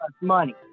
money